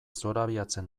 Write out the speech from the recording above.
zorabiatzen